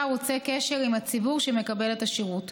ערוצי קשר עם הציבור שמקבל את השירות: